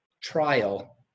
trial